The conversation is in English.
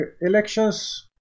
elections